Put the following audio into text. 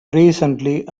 recently